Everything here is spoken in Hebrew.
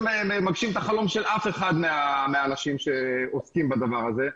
מגשים את החלום של אף אחד מהאנשים שעוסקים בדבר הזה.